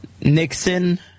Nixon